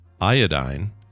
iodine